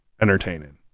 entertaining